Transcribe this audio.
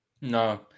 no